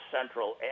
Central